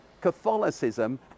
Catholicism